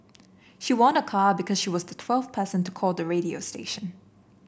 she won a car because she was the twelfth person to call the radio station